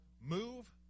move